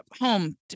home